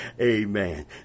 Amen